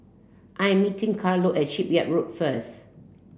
I'm meeting Carlo at Shipyard Road first